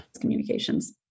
communications